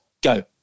Go